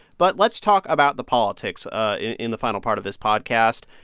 but let's talk about the politics ah in the final part of this podcast.